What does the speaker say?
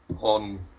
on